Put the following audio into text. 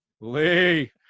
Lee